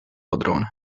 padrone